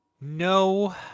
No